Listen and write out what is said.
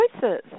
choices